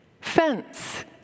Fence